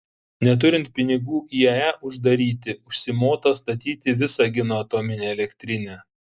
neturint pinigų iae uždaryti užsimota statyti visagino atominę elektrinę